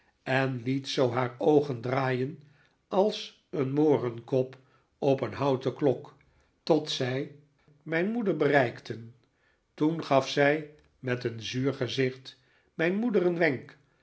en liet zoo haar oogen draaien als een morenkop op een houten klok tot zij mijn moeder bereikten toen gaf zij met een zuur gezicht mijn moeder een wenk